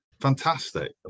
Fantastic